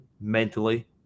mentally